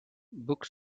book